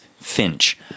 Finch